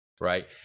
Right